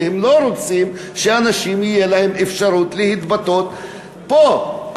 שהם לא רוצים שאנשים תהיה להם אפשרות להתבטא פה.